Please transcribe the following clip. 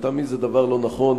לטעמי זה דבר לא נכון.